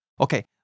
Okay